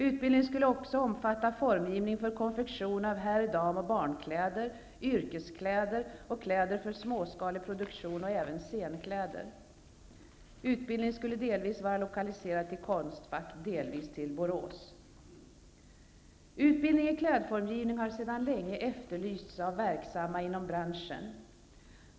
Utbildningen skulle omfatta formgivning för konfektion av herr-, damoch barnkläder, yrkeskläder, kläder för småskalig produktion och även scenkläder. Utbildningen skulle delvis vara lokaliserad till Konstfack, delvis till Borås. En utbildning i klädformgivning har sedan länge efterlysts av verksamma inom branschen.